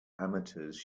amateurs